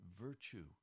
virtue